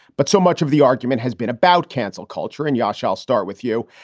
but so much of the argument has been about cancel culture. and yosh, i'll start with you.